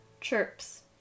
Chirps